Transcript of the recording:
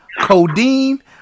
codeine